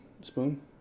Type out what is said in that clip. spoon